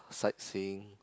sightseeing